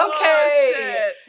Okay